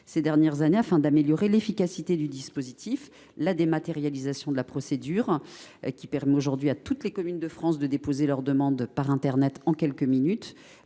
ces dernières années, afin d’améliorer l’efficacité du dispositif. Ainsi, la dématérialisation de la procédure permet désormais à toutes les communes de France de déposer leurs demandes par internet en quelques minutes.